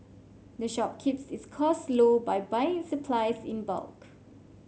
the shop keeps its costs low by buying its supplies in bulk